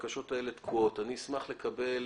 הבקשות לשלילת התושבות תקועות ולא מתקדמות.